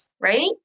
Right